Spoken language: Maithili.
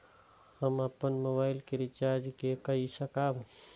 हम अपन मोबाइल के रिचार्ज के कई सकाब?